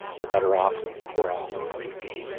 the better off we're all going to be.